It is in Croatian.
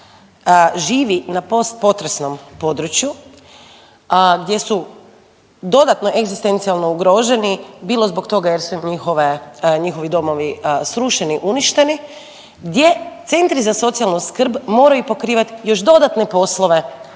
živi na post potresnom području, gdje su dodatno egzistencijalno ugroženi bilo zbog toga jer su njihovi domovi srušeni, uništeni, gdje centri za socijalnu skrb moraju pokrivati još dodatne poslove